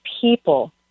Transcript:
people